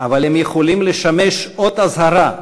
אבל הם יכולים לשמש אות אזהרה,